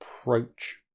approach